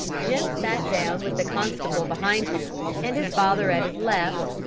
jim sat down, with the constable behind him and his father at his left,